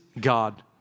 God